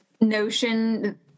notion